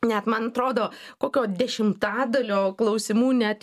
net man atrodo kokio dešimtadalio klausimų net